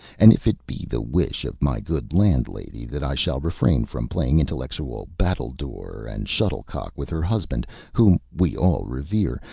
and if it be the wish of my good landlady that i shall refrain from playing intellectual battledore and shuttlecock with her husband, whom we all revere,